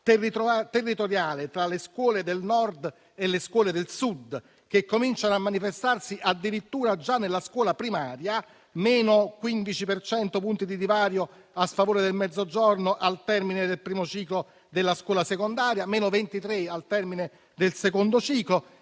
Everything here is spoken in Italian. territoriale tra le scuole del Nord e le scuole del Sud, che comincia a manifestarsi addirittura già nella scuola primaria, con -15 per cento punti di divario a sfavore del Mezzogiorno al termine del primo ciclo della scuola secondaria, e -23 per cento al termine del secondo ciclo.